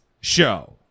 show